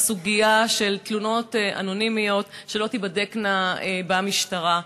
בסוגיה של תלונות אנונימיות שלא תיבדקנה במשטרה.